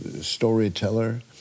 storyteller